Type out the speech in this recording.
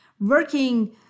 working